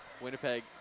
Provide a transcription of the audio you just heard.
winnipeg